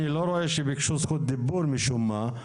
אני לא רואה שביקשו זכות דיבור משום מה,